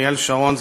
אריאל שרון,